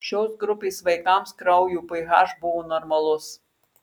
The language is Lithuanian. šios grupės vaikams kraujo ph buvo normalus